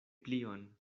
plion